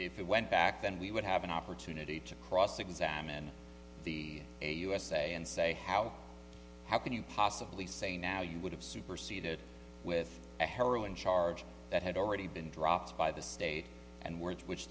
if it went back then we would have an opportunity to cross examine the usa and say how how can you possibly say now you would have superseded with a heroin charge that had already been dropped by the state and worth which